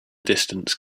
distance